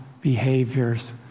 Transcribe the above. behaviors